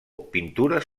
pintures